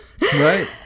Right